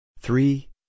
Three